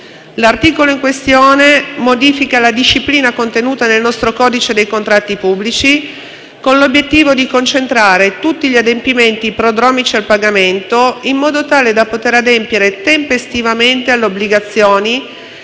L'articolo in questione modifica la disciplina contenuta nel nostro codice dei contratti pubblici, con l'obiettivo di concentrare tutti gli adempimenti prodromici al pagamento in modo tale da poter adempiere tempestivamente alle obbligazioni